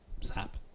sap